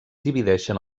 divideixen